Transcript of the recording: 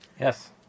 Yes